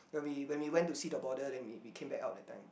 when we when we went to see the border then we we came back out that time